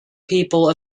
people